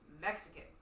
Mexican